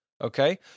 Okay